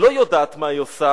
לא יודעת מה היא עושה,